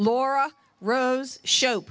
laura rose sho